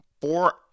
four